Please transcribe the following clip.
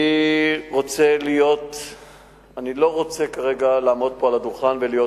אני לא רוצה כרגע לעמוד פה על הדוכן ולהיות